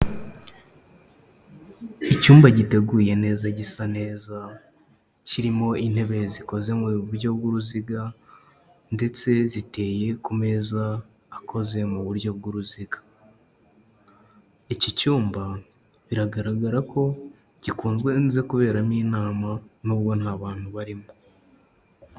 Icyumba giteguye neza gisa neza, kirimo intebe zikoze mu buryo bw'uruziga, ndetse ziteye ku meza akoze mu buryo bw'uruziga, iki cyumba biragaragara ko gikunzwe kuberamo inama, n'ubwo nta bantu barimo.